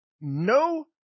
no